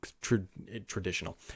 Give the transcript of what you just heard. traditional